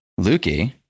Lukey